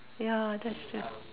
ya that's true